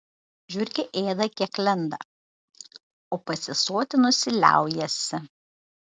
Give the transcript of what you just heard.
žiurkė ėda kiek lenda o pasisotinusi liaujasi